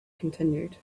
continued